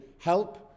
help